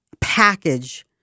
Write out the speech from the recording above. package